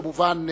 כמובן,